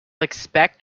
expect